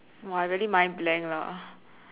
!wah! I really mind blank lah